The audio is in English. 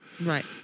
Right